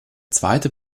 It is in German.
zweite